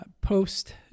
post